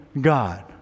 God